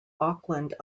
auckland